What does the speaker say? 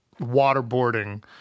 waterboarding